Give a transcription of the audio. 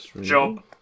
job